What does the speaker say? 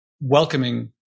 welcoming